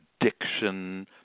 addiction